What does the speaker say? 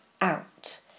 out